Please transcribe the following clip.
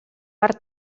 per